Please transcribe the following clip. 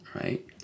right